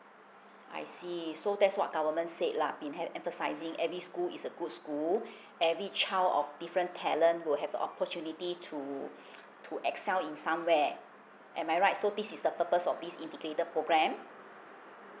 I see so that's what government said lah been have emphasising every school is a good school every child of different talent will have opportunity to to excel in somewhere am I right so this is the purpose of this integrated programme